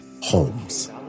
Holmes